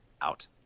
out